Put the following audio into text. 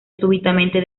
súbitamente